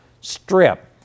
strip